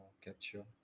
capture